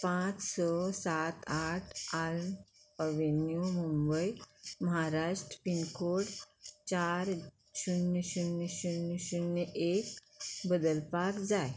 पांच स सात आठ आल अवेन्यू मुंबय महाराष्ट्र पिनकोड चार शुन्य शुन्य शुन्य शुन्य एक बदलपाक जाय